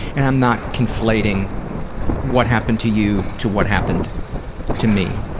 and i'm not conflating what happened to you to what happened to me.